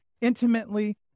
intimately